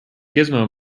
gizmo